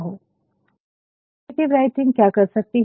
तो creative writing क्या कर सकती है